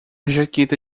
jaqueta